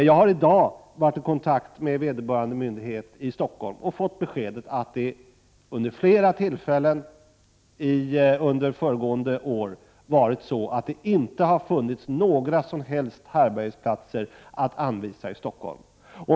Jag har i dag varit i kontakt med vederbörande myndighet i Stockholm och fått beskedet att situationen vid flera tillfällen under föregående år varit sådan att det inte funnits några som helst härbärgesplatser att anvisa i Stockholm.